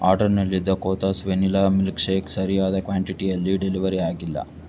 ಆರ್ಡರ್ನಲ್ಲಿದ್ದ Kothas vanilla milkshake ಸರಿಯಾದ ಕ್ವಾಂಟಿಟಿಯಲ್ಲಿ delivery ಆಗಿಲ್ಲ